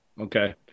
Okay